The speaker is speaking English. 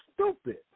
stupid